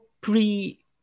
pre